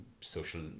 social